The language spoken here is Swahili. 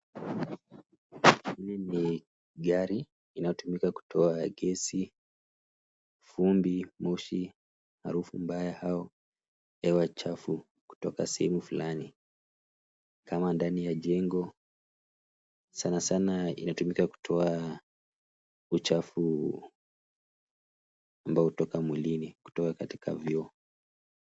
Hili ni gari linalotumika kutoa gesi, vumbi, moshi, harufu mbaya au hewa chafu kutoka sehemu fulani kama ndani ya jengo, sana sana inatumika kutoa uchafu ambao hutoka mwilini kutoa katika vyoo.